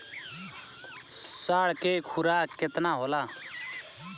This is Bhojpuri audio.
साढ़ के खुराक केतना होला?